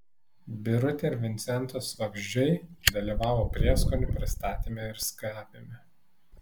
birutė ir vincentas švagždžiai dalyvavo prieskonių pristatyme ir skabyme